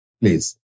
please